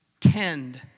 tend